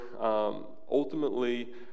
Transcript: ultimately